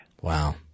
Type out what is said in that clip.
Wow